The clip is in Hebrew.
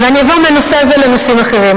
אני אעבור מהנושא הזה לנושאים אחרים.